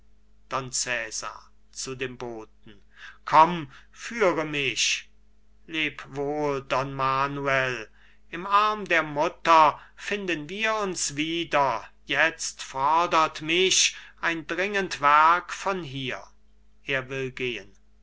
komm führe mich leb wohl don manuel im arm der mutter finden wir uns wieder jetzt fordert mich ein dringend werk von hier er will gehen